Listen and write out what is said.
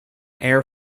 air